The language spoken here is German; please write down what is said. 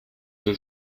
soll